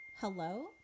hello